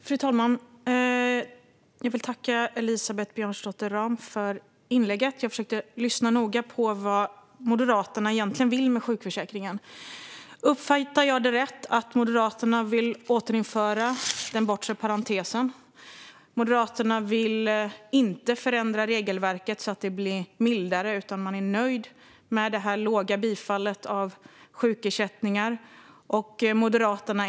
Fru talman! Jag vill tacka Elisabeth Björnsdotter Rahm för inlägget. Jag försökte lyssna noga och höra vad Moderaterna egentligen vill med sjukförsäkringen. Uppfattar jag det rätt att Moderaterna vill återinföra den bortre parentesen och att Moderaterna inte vill förändra regelverket så att det blir mildare utan är nöjda med det låga bifallet när det gäller sjukersättning?